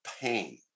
pain